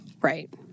Right